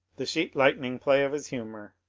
the sheet lightning play of his humour,